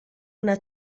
una